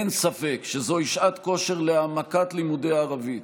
אין ספק שזוהי שעת כושר להעמקת לימודי הערבית,